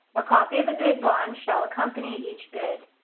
a copy of the bid bond shall accompany each bid.